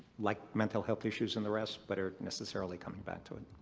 like mental health issues and the rest, but are necessarily coming back to it.